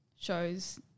shows